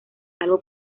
salvo